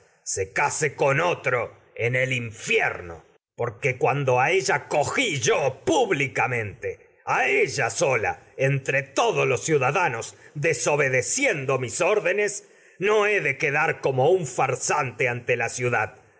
case con otro el infierno cuando a ella cogí yo públicamente a ella sola entre todos los ciudadanos desobedeciendo mis órdenes no he de que dar como un farsante ante la ciudad